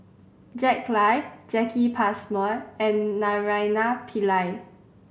Jack Lai Jacki Passmore and Naraina Pillai